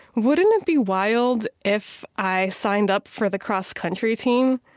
wouldn't it be wild if i signed up for the cross country team?